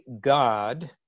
God